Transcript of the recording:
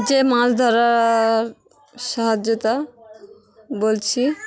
যে মাছ ধরার সাহায্যটা বলছি